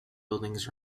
buildings